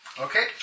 Okay